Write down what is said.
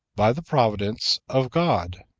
by the providence of god.